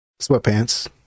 sweatpants